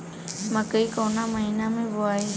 मकई कवना महीना मे बोआइ?